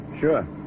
Sure